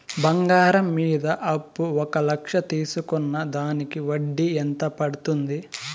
బంగారం మీద అప్పు ఒక లక్ష తీసుకున్న దానికి వడ్డీ ఎంత పడ్తుంది?